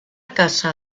casa